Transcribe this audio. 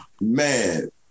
Man